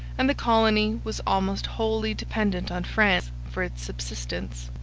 and the colony was almost wholly dependent on france for its subsistence.